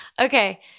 Okay